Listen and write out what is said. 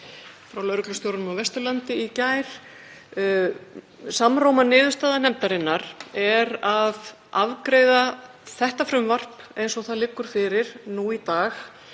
frá lögreglustjóranum á Vesturlandi í gær. Samróma niðurstaða nefndarinnar er að afgreiða þetta frumvarp eins og það liggur fyrir í dag.